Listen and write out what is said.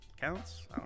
counts